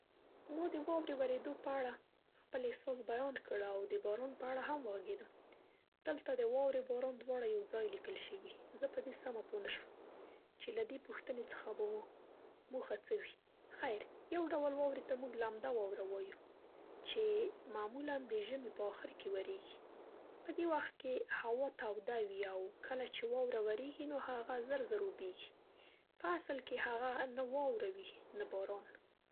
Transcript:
ما د واورې ورېدو په اړه خپل احساس بیان کړ او د باران په اړه هم وغېږېدم. دلته د واورې باران دواړه یو ځای لیکل شوي. زه په دې سمه پوه نه شوم چې له دې پوښتنې څخه به مو موخه څه وي. خیر یو ډول واورې ته موږ لمده واوره وایو چې معمول د ژمي په آخر کې ورېږي. په دې وخت کې هوا توده وي او کله چې واوره ورېږي نو هغه زر زر اوبېږي. په اصل کې هغه نه واوره وي نه باران.